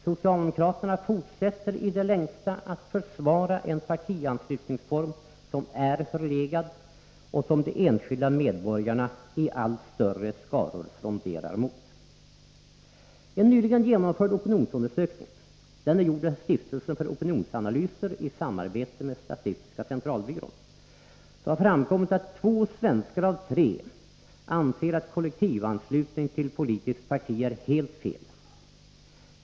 Socialdemokraterna fortsätter i det längsta att försvara en partianslutningsform som är förlegad och som de enskilda medborgarna i allt större skaror fronderar emot. I en nyligen genomförd opinionsundersökning — gjord av Stiftelsen för opinionsanalyser i samarbete med statistiska centralbyrån — framkom att två svenskar av tre anser att kollektivanslutning till politiskt parti är helt felaktig.